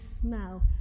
smell